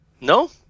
No